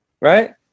right